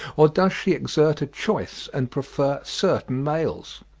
or does she exert a choice, and prefer certain males?